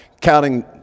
counting